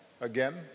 again